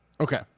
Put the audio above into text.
Okay